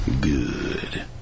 Good